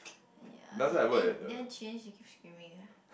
ya then then then she then she keep screaming ah